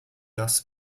thus